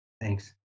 thanks